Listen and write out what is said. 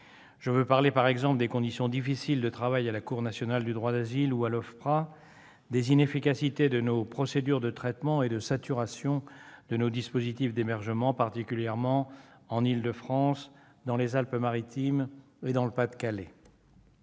Je veux parler, par exemple, des conditions difficiles de travail à la Cour nationale du droit d'asile ou à l'OFPRA, des inefficacités de nos procédures de traitement et de la saturation de nos dispositifs d'hébergement, particulièrement en Île-de-France, dans les Alpes-Maritimes et dans le Pas-de-Calais.